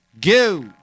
go